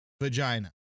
Vagina